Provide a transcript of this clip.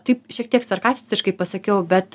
taip šiek tiek sarkastiškai pasakiau bet